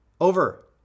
Over